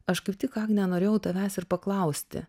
aš kaip tik agne norėjau tavęs ir paklausti